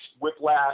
Whiplash